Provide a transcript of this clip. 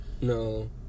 No